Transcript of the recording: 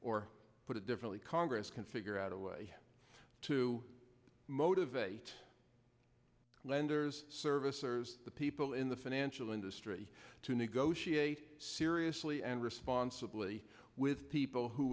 or put it differently congress can figure out a way to motivate lenders servicers the people in the financial industry to negotiate seriously and responsibly with people who